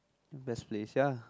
best place ya